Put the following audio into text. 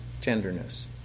tenderness